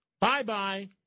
Bye-bye